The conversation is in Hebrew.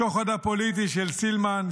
השוחד הפוליטי של סילמן,